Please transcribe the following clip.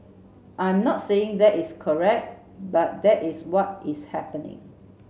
I'm not saying that is correct but that is what is happening